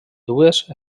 dues